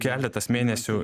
keletas mėnesių